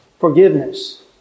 Forgiveness